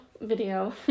video